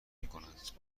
میکنند